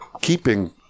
keeping